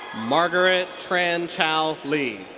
margaret tran-chau le.